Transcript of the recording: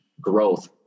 growth